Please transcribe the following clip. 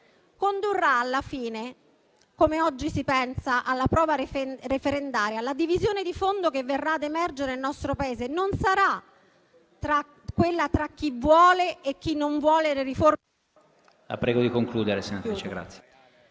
ne capisce - «come oggi si pensa, alla prova referendaria, la divisione di fondo che verrà ad emergere nel nostro Paese non sarà, dunque, quella tra chi vuole e chi non vuole le riforme